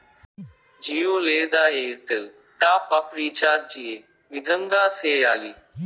జియో లేదా Airtel top up recharge ఏ విధంగా సేయాలి